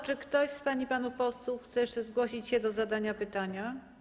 Czy ktoś z pań i panów posłów chce jeszcze zgłosić się do zadania pytania?